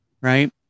right